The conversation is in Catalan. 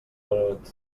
venut